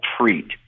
treat